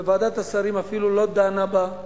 וועדת השרים אפילו לא דנה בה,